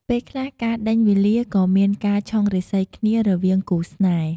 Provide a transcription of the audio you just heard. ពេលខ្លះការដេញវេលាក៏មានការឆុងរាសីគ្នារវាងគូស្នេហ៍។